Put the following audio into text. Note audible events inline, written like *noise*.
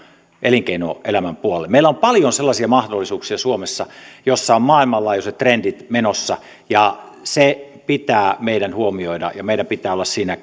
elinkeinoelämän puolelle meillä on suomessa paljon sellaisia mahdollisuuksia joissa on maailmanlaajuiset trendit menossa ja se pitää meidän huomioida ja meidän pitää olla siinä *unintelligible*